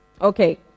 Okay